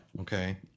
Okay